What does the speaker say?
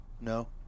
No